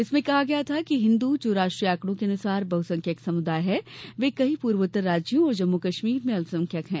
इसमें कहा गया था कि हिंद जो राष्ट्रीय आंकड़ों के अनुसार बहसंख्यक समुदाय हैं वे कई पूर्वोत्तर राज्यों और जम्मू कश्मीर में अल्पसंख्यक हैं